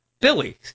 Billy